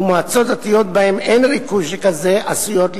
ומועצות דתיות שבהן אין ריכוז שכזה עשויות להיפגע.